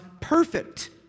perfect